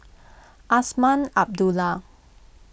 Azman Abdullah